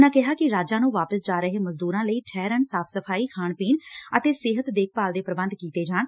ਉਨ੍ਹਾਂ ਕਿਹਾ ਕਿ ਰਾਜਾਂ ਨੂੰ ਵਾਪਸ ਜਾ ਰਹੇ ਮਜ਼ਦੂਰਾਂ ਲਈ ਠਹਿਰਣ ਸਾਫ਼ ਸਫ਼ਾਈ ਖਾਣ ਪੀਣ ਅਤੇ ਸਿਹਤ ਦੇਖਭਾਲ ਦੇ ਪ੍ਰਬੰਧ ਕੀਤੇ ਜਾਣ